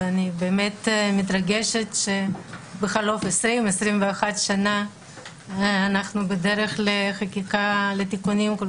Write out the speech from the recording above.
אני באמת מתרגשת שבחלוף 21 שנה אנחנו בדרך לתיקונים כל